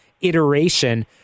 iteration